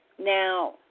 Now